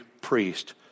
priest